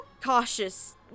cautious